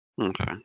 Okay